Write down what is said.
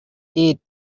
dared